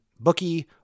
Bookie